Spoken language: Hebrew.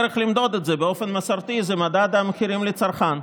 הדרך למדוד את זה באופן מסורתי זה מדד המחירים לצרכן.